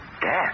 Death